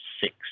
six